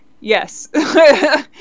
Yes